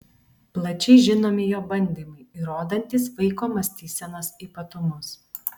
plačiai žinomi jo bandymai įrodantys vaiko mąstysenos ypatumus